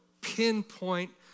pinpoint